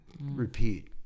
repeat